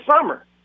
summer